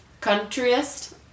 countryist